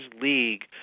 league